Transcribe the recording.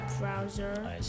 browser